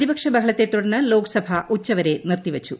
പ്രതിപക്ഷ ബഹളത്തെ തുടർന്ന് ലോക്സഭ ഉച്ചവരെ നിർത്തിവച്ചു